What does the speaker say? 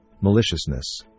maliciousness